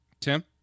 Tim